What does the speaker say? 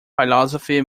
philosophy